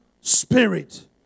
spirit